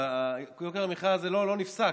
אבל יוקר המחיה הזה לא נפסק,